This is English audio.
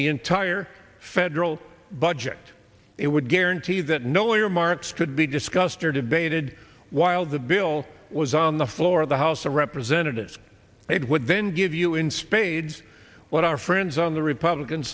the entire federal budget it would guarantee that no earmarks could be discussed or debated while the bill was on the floor of the house of representatives it would then give you in spades what our friends on the republican